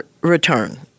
return